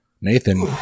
Nathan